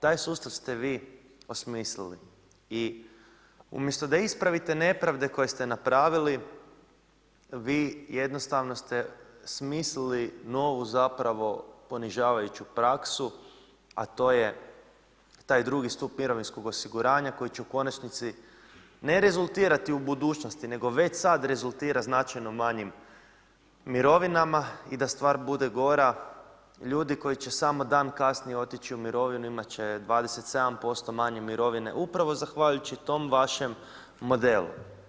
Taj sustav ste vi osmislili i umjesto da ispravite nepravde koje ste napravili vi jednostavno ste smislili novu zapravo ponižavajuću praksu, a to je taj drugi stup mirovinskog osiguranja koji će u konačnici ne rezultirati u budućnosti nego već sad rezultira značajno manjim mirovinama i da stvar bude gora ljudi koji će samo dan kasnije otići u mirovinu imat će 27% manje mirovine upravo zahvaljujući tom vašem modelu.